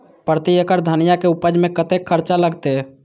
प्रति एकड़ धनिया के उपज में कतेक खर्चा लगते?